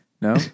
No